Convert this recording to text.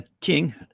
King